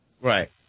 Right